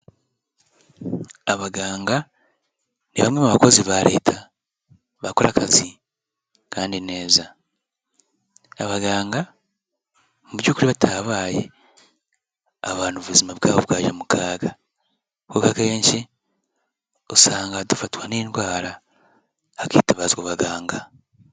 Abaganga ni bamwe mu bakozi ba Leta bakora akazi kandi neza. Abaganga mu by'ukuri batahabaye abantu ubuzima bwabo bwajya mu kaga kuko akenshi usanga dufatwa n'indwara hakitabazwa abaganga.